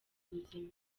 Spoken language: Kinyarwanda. buzima